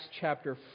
chapter